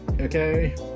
Okay